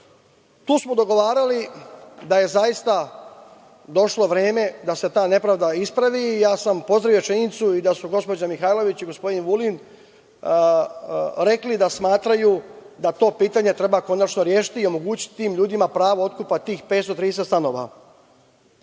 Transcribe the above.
Tu smo dogovarali da je zaista došlo vreme da se ta nepravda ispravi i ja sam pozdravio rečenicu da su gospođa Mihajlović i gospodin Vulin rekli da smatraju da to pitanje treba konačno rešiti i omogućiti tim ljudima pravo otkupa tih 530